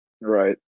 Right